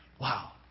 Wow